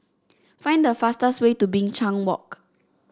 find the fastest way to Binchang Walk